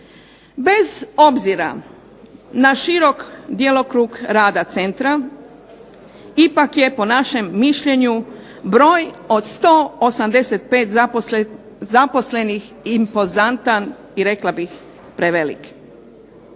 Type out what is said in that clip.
Bez obzira na širok djelokrug rada centra ipak je po našem mišljenju broj od 185 zaposlenih impozantan i rekao bih prevelik.